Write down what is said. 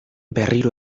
berriro